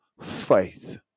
faith